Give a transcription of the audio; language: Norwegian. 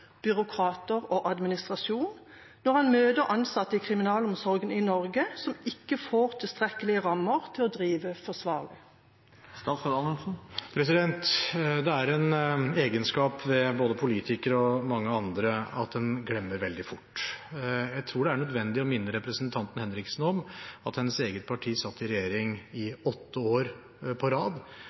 byråkrater og administrasjon, når han møter ansatte i kriminalomsorgen i Norge som ikke får tilstrekkelige rammer til å drive forsvarlig? Det er en egenskap ved både politikere og mange andre at en glemmer veldig fort. Jeg tror det er nødvendig å minne representanten Henriksen om at hennes eget parti satt i regjering i åtte år på rad,